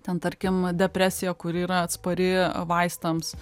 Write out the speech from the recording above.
ten tarkim depresija kuri yra atspari vaistams